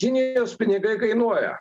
kinijos pinigai kainuoja